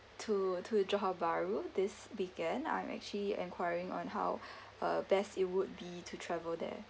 to to johor bahru this weekend I'm actually enquiring on how uh best it would be to travel there